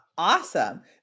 Awesome